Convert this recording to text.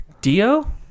Dio